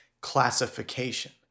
classification